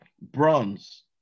bronze